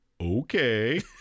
okay